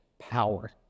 power